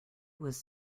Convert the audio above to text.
was